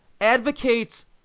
advocates